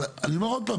אבל אני אומר עוד פעם,